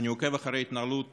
אני עוקב אחרי התנהלות